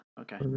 okay